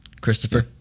Christopher